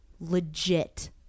legit